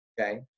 okay